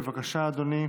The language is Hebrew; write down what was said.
בבקשה, אדוני.